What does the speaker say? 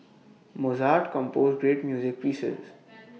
Mozart composed great music pieces